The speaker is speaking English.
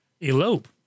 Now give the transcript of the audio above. elope